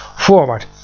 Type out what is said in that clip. forward